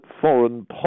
foreign